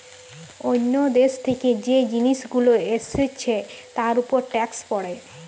অন্য দেশ থেকে যে জিনিস গুলো এসছে তার উপর ট্যাক্স পড়ে